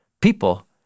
people